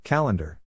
Calendar